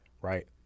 Right